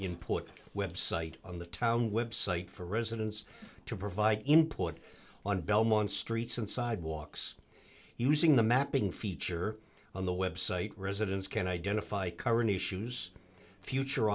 input website on the town website for residents to provide input on belmont streets and sidewalks using the mapping feature on the website residents can identify current issues future